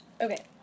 okay